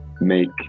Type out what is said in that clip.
make